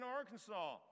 Arkansas